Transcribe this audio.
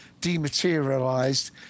dematerialized